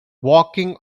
walking